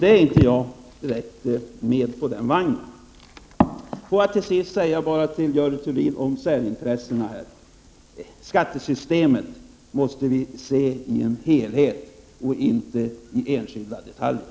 Den vagnen hoppar jag inte direkt på. Till sist vill jag bara säga följande till Görel Thurdin beträffande särintressena. Skattesystemet måste ses i sin helhet. Vi får inte se till enskilda detaljer.